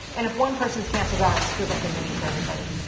and if one person cancels out, it screws up the meeting for everybody.